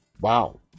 Wow